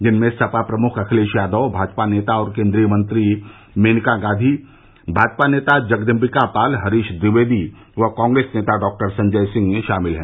जिसमें सपा प्रमुख अखिलेश यादव भाजपा नेता और केन्द्रीय मंत्री मेनका गांधी भाजपा नेता जगदम्बिका पाल हरीश ट्विवेदी व कांग्रेस नेता डॉक्टर संजय सिंह शामिल हैं